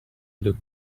look